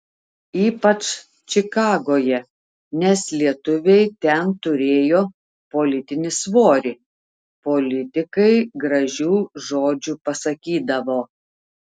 ypač čikagoje nes lietuviai ten turėjo politinį svorį politikai gražių žodžių pasakydavo